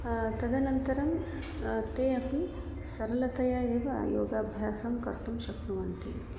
तदनन्तरं ते अपि सरलतया एव योगाभ्यासं कर्तुं शक्नुवन्ति